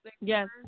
Yes